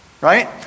Right